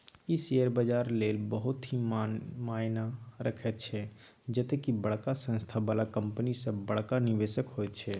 ई share बजारक लेल बहुत ही मायना रखैत छै जते की बड़का संस्था बला कंपनी सब बड़का निवेशक होइत छै